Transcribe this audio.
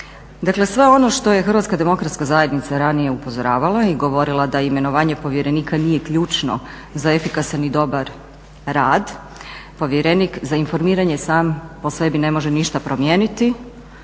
Dakle, sve ono što je Hrvatska demokratska zajednica ranije upozoravala i govorila da imenovanje povjerenika nije ključno za efikasan i dobar rad Povjerenik za informiranje sam po sebi ne može ništa promijeniti.